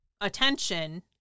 attention